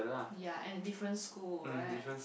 ya and different school right